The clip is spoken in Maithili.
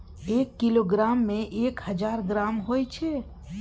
एक किलोग्राम में एक हजार ग्राम होय छै